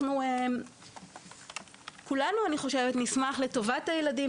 כולנו נשמח לטובת הילדים,